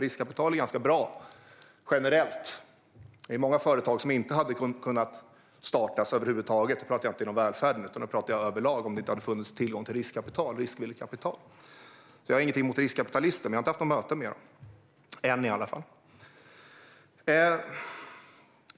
Riskkapital är generellt bra, och många företag hade inte kunnat starta utan tillgång till riskkapital. Jag har inget emot riskkapitalister, men jag har inte haft något möte med dem - än i alla fall.